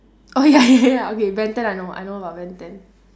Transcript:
okay ya ya ya ya okay ben ten I know about ben ten